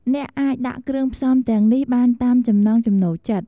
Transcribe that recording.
អ្នកអាចដាក់គ្រឿងផ្សំទាំងនេះបានតាមចំណងចំណូលចិត្ត។